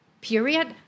period